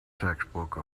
textbook